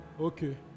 Okay